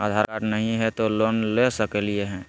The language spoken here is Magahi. आधार कार्ड नही हय, तो लोन ले सकलिये है?